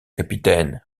capitaine